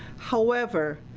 however,